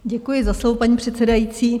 Děkuji za slovo, paní předsedající.